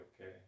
okay